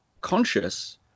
conscious